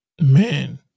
Man